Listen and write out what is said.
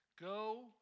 Go